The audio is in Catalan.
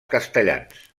castellans